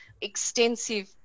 extensive